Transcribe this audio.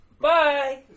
Bye